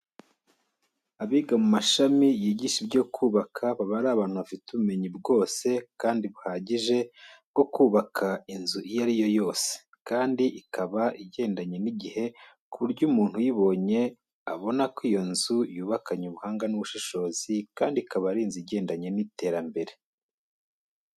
Abiga mu mashami yigisha ibyo kubaka baba ari abantu bafite ubumenyi bwose kandi buhagije bwo kubaka inzu iyo ari yo yose, kandi ikaba igendanye n'igihe ku buryo umuntu uyibonye abona ko iyo nzu yubakanye ubuhanga n'ubushishozi kandi ikaba ari inzu igendanye n'iterambere.